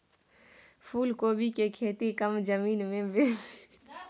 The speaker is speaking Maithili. फूलकोबी के खेती कम जमीन मे बेसी केना उपजायल जाय?